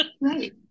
Right